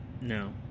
No